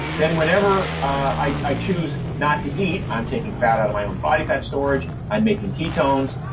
then whenever i choose not to eat, i'm taking fat out of my own body fat storage. i'm making ketones.